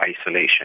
isolation